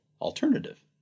alternative